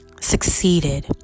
succeeded